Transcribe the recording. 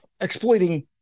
exploiting